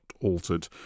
altered